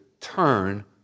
turn